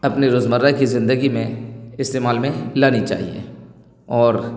اپنی روزمرہ کی زندگی میں استعمال میں لانی چاہیے اور